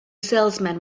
salesman